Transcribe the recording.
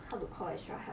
how to call extra help